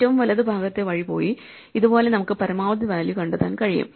ഏറ്റവും വലതുഭാഗത്തെ വഴി പോയി ഇതുപോലെ നമുക്ക് പരമാവധി വാല്യൂ കണ്ടെത്താൻ കഴിയും